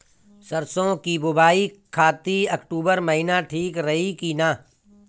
सरसों की बुवाई खाती अक्टूबर महीना ठीक रही की ना?